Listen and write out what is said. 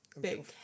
big